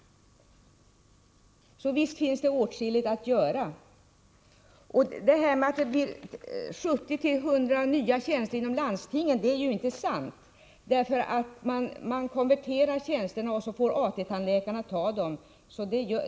Visst finns det åtskilligt man skulle kunna göra redan här för att underlätta. Att det blir 70-100 nya tjänster inom landstingen är inte sant, för man konverterar tjänsterna och låter AT-tandläkare ta dem.